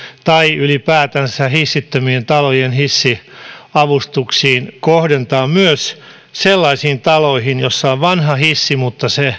tai ylipäätänsä hissittömien talojen hissiavustuksiin kohdentaa myös sellaisiin taloihin joissa on vanha hissi mutta se